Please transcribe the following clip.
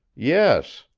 yes,